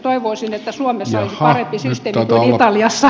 toivoisin että suomessa olisi parempi systeemi kuin italiassa